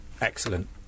excellent